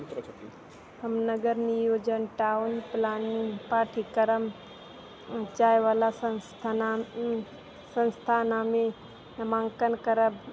हम नगर नियोजन टाउन प्लानिङ्ग पाठ्यक्रम जायवला संस्थान संस्थानमे नामांकन करब